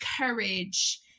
courage